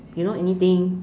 you know anything